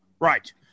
Right